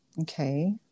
Okay